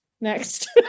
next